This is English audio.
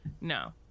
No